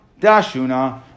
dashuna